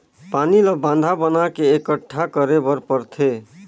पानी ल बांधा बना के एकटठा करे बर परथे